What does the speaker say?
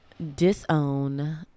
disown